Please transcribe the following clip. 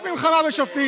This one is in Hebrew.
רק מלחמה בשופטים,